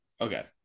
Okay